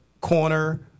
corner